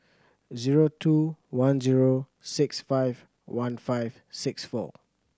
zero two one zero six five one five six four